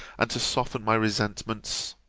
and to soften my resentments